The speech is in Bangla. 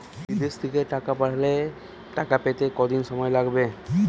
বিদেশ থেকে টাকা পাঠালে টাকা পেতে কদিন সময় লাগবে?